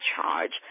charge